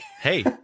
Hey